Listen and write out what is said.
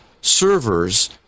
servers